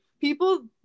people